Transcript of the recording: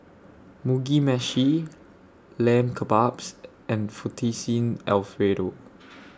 Mugi Meshi Lamb Kebabs and Fettuccine Alfredo